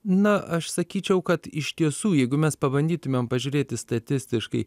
na aš sakyčiau kad iš tiesų jeigu mes pabandytumėm pažiūrėti statistiškai